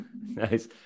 Nice